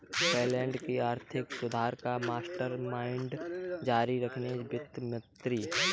Poland के आर्थिक सुधार का मास्टरमाइंड जारी रखेंगे वित्त मंत्री